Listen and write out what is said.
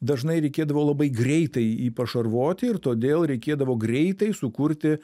dažnai reikėdavo labai greitai jį pašarvoti ir todėl reikėdavo greitai sukurti